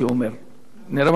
נראה מה שקורה ביוון,